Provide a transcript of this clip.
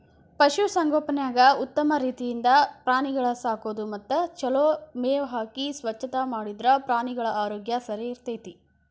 ಪಶು ಸಂಗೋಪನ್ಯಾಗ ಉತ್ತಮ ರೇತಿಯಿಂದ ಪ್ರಾಣಿಗಳ ಸಾಕೋದು ಮತ್ತ ಚೊಲೋ ಮೇವ್ ಹಾಕಿ ಸ್ವಚ್ಛತಾ ಮಾಡಿದ್ರ ಪ್ರಾಣಿಗಳ ಆರೋಗ್ಯ ಸರಿಇರ್ತೇತಿ